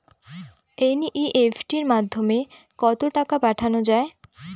NEFT মাধ্যমে কত টাকা পাঠানো যায়?